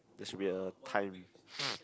there should be a time